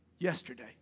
Yesterday